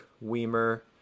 Weimer